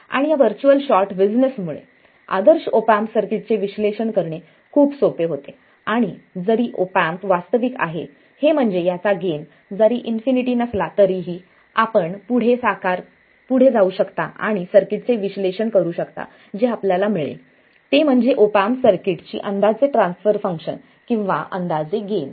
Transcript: आणि या virtual short business मुळे आदर्श ऑप एम्प सर्किट्सचे विश्लेषण करणे खूप सोपे होते आणि जरी ऑप एम्प वास्तविक आहे हे म्हणजे याचा गेन जरी इन्फिनिटी नसला तरीही आपण पुढे जाऊ शकता आणि सर्किटचे विश्लेषण करू शकता जे आपल्याला मिळेल हे म्हणजे ऑप एम्प सर्किट्स ची अंदाजे ट्रान्सफर फंक्शन किंवा अंदाजे गेन